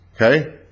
Okay